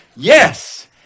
Yes